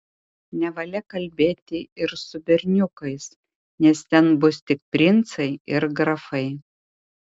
nevalia kalbėti ir su berniukais nes ten bus tik princai ir grafai